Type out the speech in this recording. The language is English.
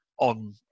on